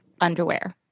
underwear